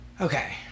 okay